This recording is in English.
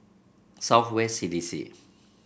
South West C D C